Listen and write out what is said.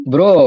Bro